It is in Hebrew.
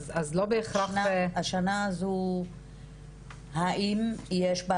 אז לא בהכרח --- השנה הזאת האם יש בה